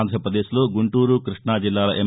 ఆంధ్రాపదేశ్లో గుంటూరు కృష్ణా జిల్లాల ఎం